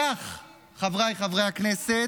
בכך, חבריי חברי הכנסת,